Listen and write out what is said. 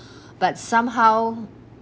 but somehow